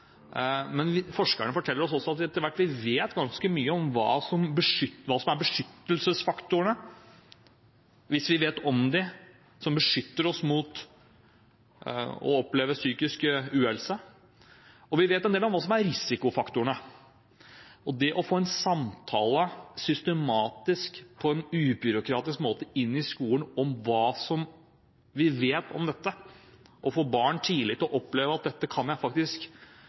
men forskerne forteller oss at vi etter hvert vet ganske mye om hva som er faktorene som, hvis vi vet om dem, beskytter oss mot å oppleve dårlig psykisk helse. Og vi vet en del om hva som er risikofaktorene. Det å få til en samtale i skolen om hva vi vet om dette, systematisk og på en ubyråkratisk måte, og å få barn til tidlig å oppleve at dette kan de faktisk